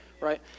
right